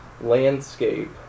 landscape